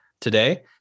today